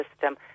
system